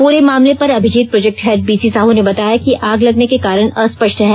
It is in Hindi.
प्रे मामले पर Abhijeet project head B C Sahu बताया कि आग लगने के कारण अस्पष्ट है